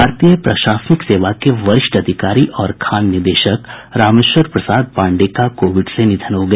भारतीय प्रशासनिक सेवा के वरिष्ठ अधिकारी और खान निदेशक रामेश्वर प्रसाद पांडेय का कोविड से निधन हो गया